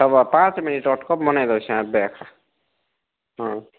ପାଞ୍ଚ ମିନିଟ୍ର ଅଟ୍କ ହଁ